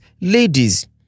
ladies